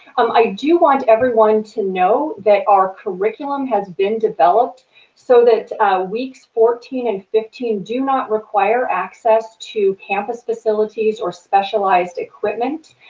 um i do want everyone to know that our curriculum has been developed so that weeks fourteen and fifteen do not require access to campus facilities or specialized equipment.